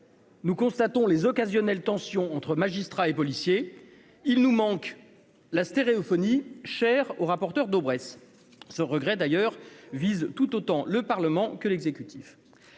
Nous constatons les occasionnels, tensions entre magistrats et policiers, il nous manque la stéréophonie cher au rapporteur Daubresse ce regret d'ailleurs vise tout autant le Parlement que l'exécutif